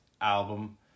album